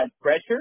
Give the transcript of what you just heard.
pressure